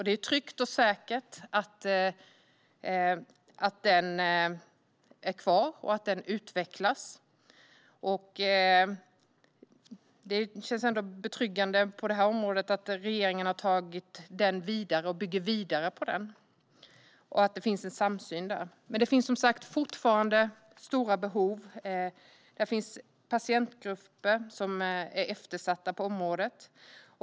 Det är tryggt och säkert att den är kvar och att den utvecklas, och det känns betryggande att regeringen bygger vidare på den och att det finns en samsyn. Men det finns som sagt fortfarande stora behov, och det finns patientgrupper som är eftersatta på området.